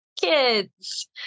kids